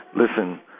listen